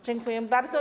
Dziękuję bardzo.